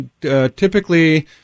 typically